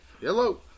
Yellow